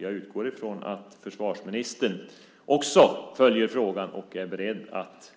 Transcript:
Jag utgår från att också försvarsministern följer frågan och är beredd att